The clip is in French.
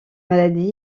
maladie